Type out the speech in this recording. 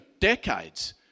decades